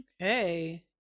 Okay